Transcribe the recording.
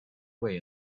way